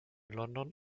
london